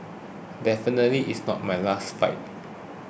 definitely this is not my last fight